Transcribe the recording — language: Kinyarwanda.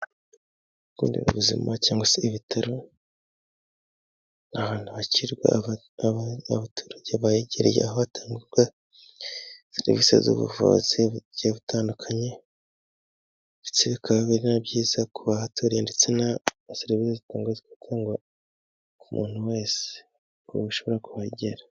Ibigo nderabuzima cyangwa se ibitaro ni ahantu hakirwa aturage bahegereye aho hatangirwa serivisi z'ubuvuzi butandukanye, ndetse bikaba iri na byiza ku bahaturiye ndetse na serivisi zitangwa ku muntu wese ushobora kuhagera.